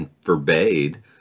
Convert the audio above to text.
forbade